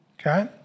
okay